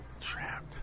Trapped